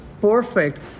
perfect